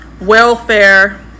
welfare